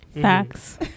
facts